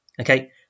Okay